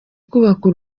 kubakwa